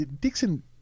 Dixon